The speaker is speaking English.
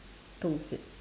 toast it